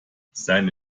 seine